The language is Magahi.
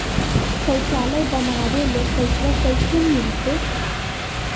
शौचालय बनावे ले पैसबा कैसे मिलते?